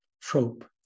trope